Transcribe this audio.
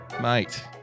mate